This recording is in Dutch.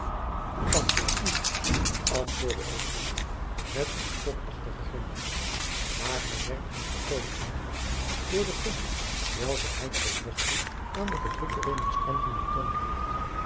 dat juist niet antwoordde eugenio met een spotachtigen grimlagch maar hij werkt ons volkomen in de hand door de gunst welke hij tot nog toe aan de verdrukte remonstranten betoond heeft